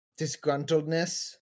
Disgruntledness